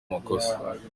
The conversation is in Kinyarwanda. makosa